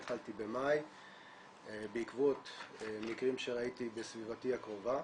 התחלתי במאי בעקבות מקרים שראיתי בסביבתי הקרובה.